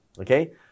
okay